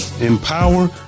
empower